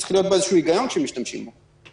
צריך להיות איזשהו היגיון כשמשתמשים בו.